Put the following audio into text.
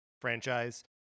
franchise